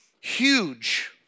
Huge